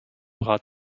rat